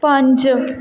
ਪੰਜ